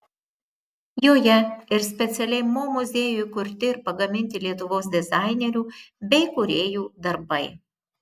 joje ir specialiai mo muziejui kurti ir pagaminti lietuvos dizainerių bei kūrėjų darbai